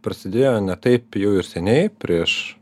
prasidėjo ne taip jau ir seniai prieš